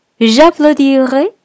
J'applaudirai